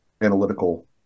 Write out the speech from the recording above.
analytical